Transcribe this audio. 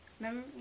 Remember